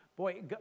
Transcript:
boy